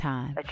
Time